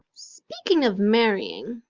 speaking of marrying,